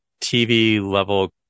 TV-level